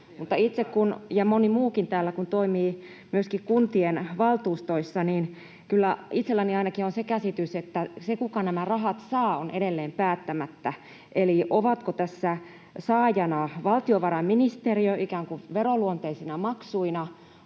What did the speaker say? ja moni muukin täällä toimii myöskin kuntien valtuustoissa, niin kyllä itselläni ainakin on se käsitys, että se, kuka nämä rahat saa, on edelleen päättämättä. Eli onko tässä saajana valtiovarainministeriö ikään kuin veroluonteisina maksuina,